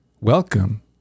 Welcome